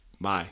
Bye